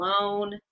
alone